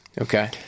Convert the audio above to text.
Okay